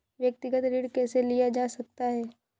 व्यक्तिगत ऋण कैसे लिया जा सकता है?